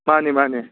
ꯃꯥꯅꯦ ꯃꯥꯅꯦ